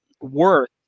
worth